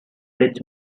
rich